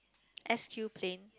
S_Q plane